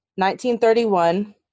1931